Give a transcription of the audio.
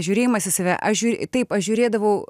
žiūrėjimas į save aš taip aš žiūrėdavau